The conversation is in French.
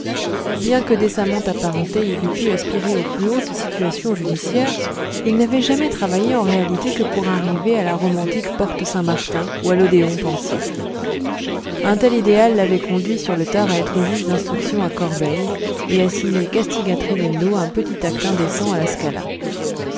bien que décemment apparenté il eût pu aspirer aux plus hautes situations judiciaires il n'avait jamais travaillé en réalité que pour arriver à la romantique porte-saint-martin ou à l'odéon pensif un tel idéal l'avait conduit sur le tard à être juge d'instruction à corbeil et à signer castigat ridendo un petit acte indécent à la scala